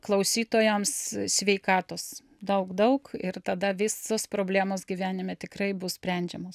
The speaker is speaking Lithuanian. klausytojams sveikatos daug daug ir tada visos problemos gyvenime tikrai bus sprendžiamos